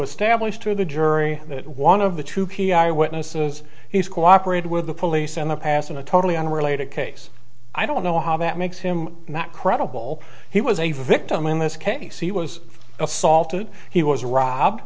establish to the jury that one of the two p r witnesses he's cooperated with the police in the past in a totally unrelated case i don't know how that makes him not credible he was a victim in this case he was assaulted he was rob